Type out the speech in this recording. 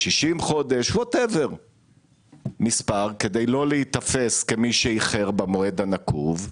60 חודשים כדי לא להיתפס כמי שאיחרו במועד הנקוב,